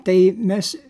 tai mes